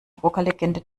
rockerlegende